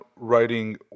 writing